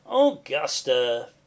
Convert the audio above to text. augusta